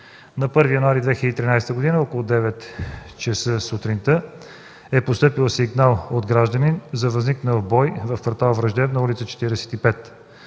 на 1 януари 2013 г. около 9,00 ч. сутринта е постъпил сигнал от гражданин за възникнал бой в квартал Враждебна, улица 45.